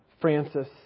Francis